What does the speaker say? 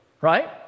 right